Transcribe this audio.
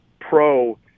pro